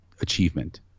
achievement